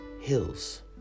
Hills